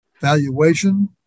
valuation